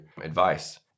advice